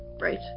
Right